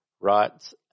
rights